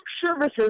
Services